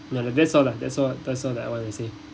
no that's all lah that's all that's all I want to say